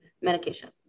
medication